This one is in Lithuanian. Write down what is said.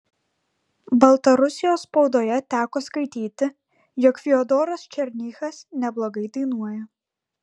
baltarusijos spaudoje teko skaityti jog fiodoras černychas neblogai dainuoja